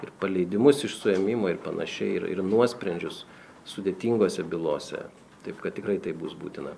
ir paleidimus iš suėmimo ir panašiai ir ir nuosprendžius sudėtingose bylose taip kad tikrai tai bus būtina